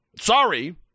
Sorry